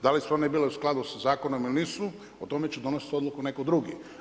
Da li su one bile u skladu sa zakonom ili nisu, o tome će donosit odluku netko drugi.